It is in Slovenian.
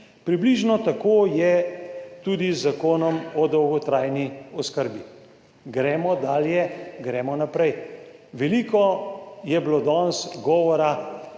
Približno tako je tudi z zakonom o dolgotrajni oskrbi. Gremo dalje, gremo naprej. Veliko je bilo danes govora